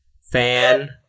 fan